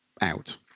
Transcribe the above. out